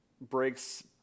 breaks